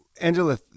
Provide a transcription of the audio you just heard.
Angela